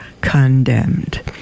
condemned